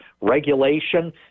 regulation